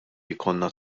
jkollna